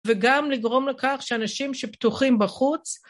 וגם לגרום לכך שאנשים שפתוחים בחוץ